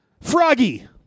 Froggy